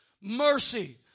mercy